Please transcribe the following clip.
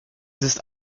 ist